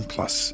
Plus